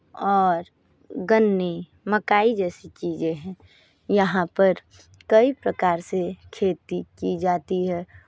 और गन्ने मकाई जैसी चीज़ें हैं यहाँ पर कई प्रकार से खेती की जाती है